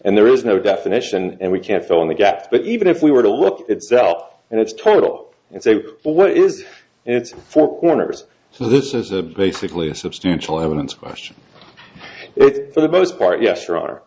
and there is no definition and we can't fill in the gaps but even if we were to look at itself and its total and say well what is it's four corners so this is a basically a substantial evidence question it's for the most part yes